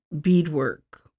beadwork